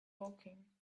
woking